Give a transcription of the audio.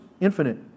infinite